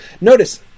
notice